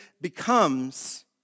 becomes